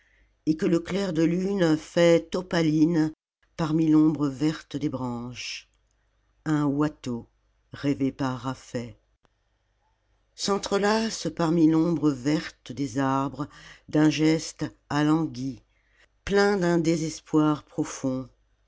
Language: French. et que le clair de lune fait opalines parmi l'ombre verte des branches un watteau rêvé par raffet s'entrelacent parmi l'ombre verte des arbres d'un geste alangui plein d'un désespoir profond